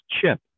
chip